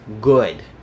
good